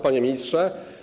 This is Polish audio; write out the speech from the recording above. Panie Ministrze!